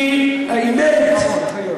כי האמת,